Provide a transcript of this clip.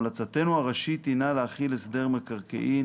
המלצתנו הראשית הינה להחיל הסדר מקרקעין